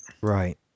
Right